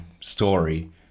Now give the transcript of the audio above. story